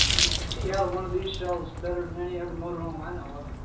you can see out of one of these shells better than any other motorhome i know of.